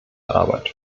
arbeit